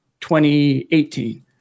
2018